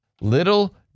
Little